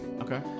Okay